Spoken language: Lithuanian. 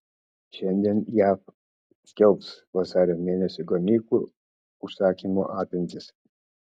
šiandien jav skelbs vasario mėnesio gamyklų užsakymų apimtis